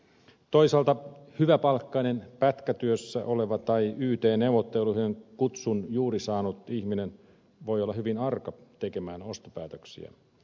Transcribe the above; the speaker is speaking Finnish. toisaalta hyväpalkkainen pätkätyössä oleva tai yt neuvotteluihin kutsun juuri saanut ihminen voi olla hyvin arka tekemään ostopäätöksiä